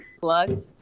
plug